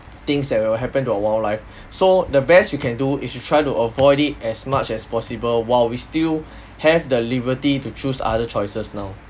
things that will happen to our wildlife so the best you can do is you try to avoid it as much as possible while we still have the liberty to choose other choices now